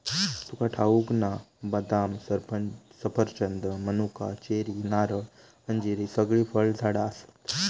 तुका ठाऊक हा ना, बदाम, सफरचंद, मनुका, चेरी, नारळ, अंजीर हि सगळी फळझाडा आसत